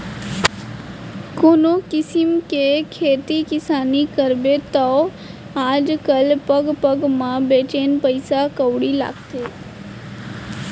कोनों किसिम के खेती किसानी करबे तौ आज काल पग पग म बनेच पइसा कउड़ी लागथे